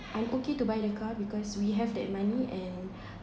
I am okay to buy the car because we have that money and